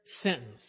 sentence